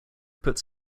puts